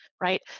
right